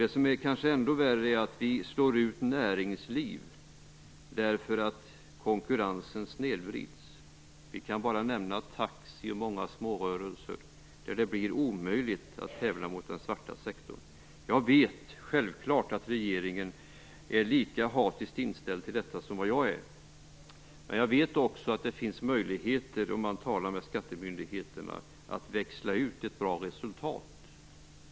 Det som kanske är ändå värre är att vi slår ut näringsliv därför att konkurrensen snedvrids. Vi kan bara nämna taxi och många smårörelser, där det blir omöjligt att tävla mot den svarta sektorn. Jag vet självklart att regeringen är lika hatiskt inställd till detta som jag är. Men jag vet också att det finns möjligheter, om man talar med skattemyndigheterna, att växla ut ett bra resultat.